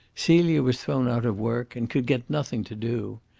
celia was thrown out of work, and could get nothing to do.